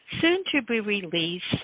soon-to-be-released